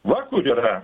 va kur yra